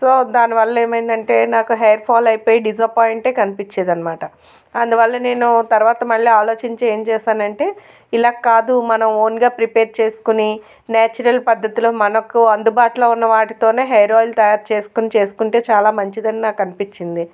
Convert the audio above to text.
so దానివల్ల ఏమైంది అంటే నాకు హెయిర్ ఫాల్ అయిపోయి డిసప్పాయింట్ ఏ కనిపించేదన్నమాట అందువల్ల నేను తర్వాత మళ్ళి ఆలోచించి ఏం చేసానంటే ఇలా కాదు మనం ఓన్గా ప్రిపేర్ చేసుకుని నాచురల్ పద్ధతిలో మనకు అందుబాటులో ఉన్న వాటితోనే హెయిర్ ఆయిల్ తయారు చేసుకుని చేసుకుంటే చాలా మంచిది అని నాకు అనిపించింది